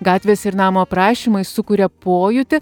gatvės ir namo aprašymai sukuria pojūtį